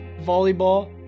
volleyball